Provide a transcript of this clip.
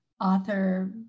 author